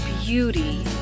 beauty